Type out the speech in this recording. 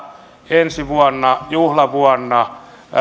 ensi vuonna juhlavuonna